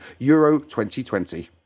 EURO2020